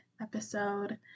episode